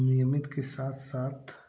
नियमित के साथ साथ